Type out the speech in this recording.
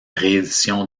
réédition